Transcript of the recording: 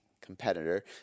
competitor